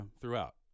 throughout